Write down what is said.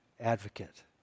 advocate